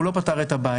הוא לא פתר את הבעיה.